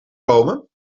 komen